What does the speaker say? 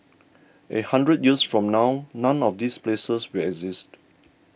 a hundred years from now none of these places will exist